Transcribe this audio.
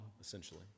essentially